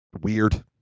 weird